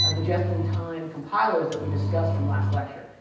ah the just-in-time compilers that we discussed from last lecture,